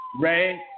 Ray